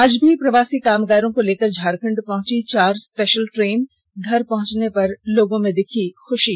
आज भी प्रवासी कामगारों को लेकर झारखंड पहुंची चार स्पेशल ट्रेन घर पहुंचने पर लोगों में दिखी खुशी